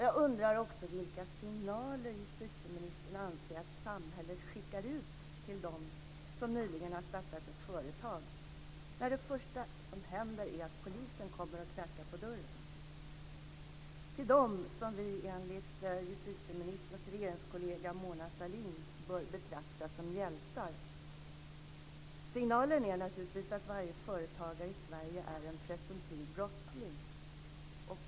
Vidare undrar jag vilka signaler justitieministern anser att samhället skickar ut till dem som nyligen har startat ett företag när det första som händer är att polisen kommer och knackar på dörren - alltså till dem som vi enligt justitieministerns regeringskollega Mona Sahlin bör betrakta som hjältar. Signalen är naturligtvis att varje företagare i Sverige är en presumtiv brottsling.